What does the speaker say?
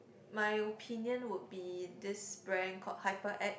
my opinion would be this brand called Hyperact